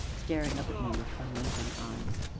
staring up at me with unwinking eyes.